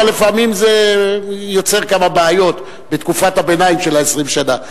אבל לפעמים זה יוצר כמה בעיות בתקופת הביניים של 20 השנה.